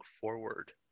forward